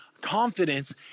confidence